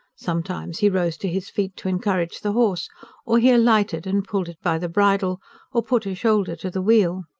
sometimes he rose to his feet to encourage the horse or he alighted and pulled it by the bridle or put a shoulder to the wheel.